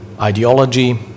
ideology